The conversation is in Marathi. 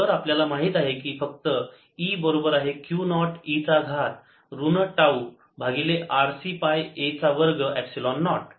तर आपल्याला माहित आहे की फक्त E बरोबर आहे Q नॉट e चा घात ऋण टाऊ भागिले RC पाय a चा वर्ग एपसिलोन नॉट